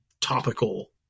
topical